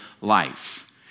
life